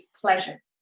pleasure